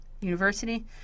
university